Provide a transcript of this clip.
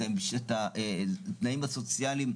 את התנאים הסוציאליים,